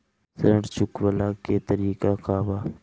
ऋण चुकव्ला के तरीका का बा?